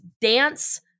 dance